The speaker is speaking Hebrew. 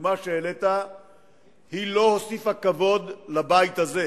הדוגמה שהעלית לא הוסיפה כבוד לבית הזה.